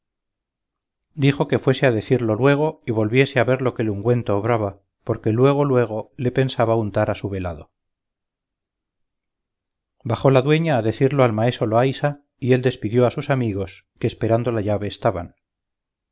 dijo que fuese a decirlo luego y volviese a ver lo que el ungüento obraba porque luego luego le pensaba untar a su velado bajó la dueña a decirlo al maeso loaysa y él despidió a sus amigos que esperando la llave estaban